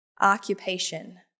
occupation